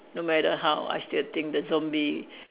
no matter how I still think the zombie